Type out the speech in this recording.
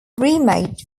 remade